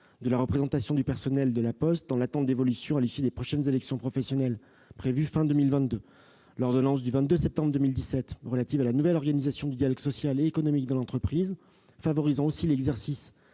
de la représentation du personnel de La Poste, dans l'attente d'évolutions à l'issue des prochaines élections professionnelles prévues à la fin de l'année 2022. L'ordonnance du 22 septembre 2017 relative à la nouvelle organisation du dialogue social et économique dans l'entreprise et favorisant l'exercice